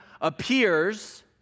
appears